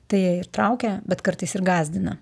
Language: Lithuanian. tai ją ir traukia bet kartais ir gąsdina